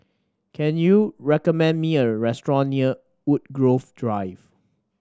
can you recommend me a restaurant near Woodgrove Drive